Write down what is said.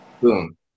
Boom